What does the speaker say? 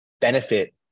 benefit